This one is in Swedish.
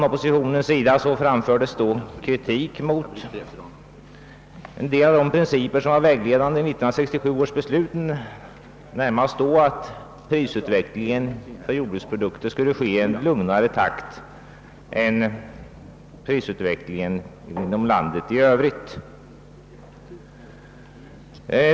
Oppositionen framförde kritik mot en del av de principer som var vägledande för 1967 års beslut, närmast då att prisutvecklingen på <:jordbruksprodukter skulle gå i en lugnare takt än prisutvecklingen i övrigt inom landet.